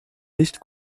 nicht